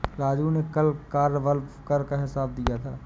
राजू ने कल कार्यबल कर का हिसाब दिया है